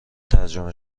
ترجمه